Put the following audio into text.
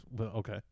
Okay